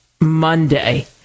Monday